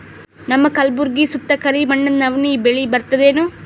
ನಮ್ಮ ಕಲ್ಬುರ್ಗಿ ಸುತ್ತ ಕರಿ ಮಣ್ಣದ ನವಣಿ ಬೇಳಿ ಬರ್ತದೇನು?